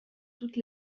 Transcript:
toutes